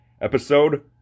episode